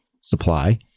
supply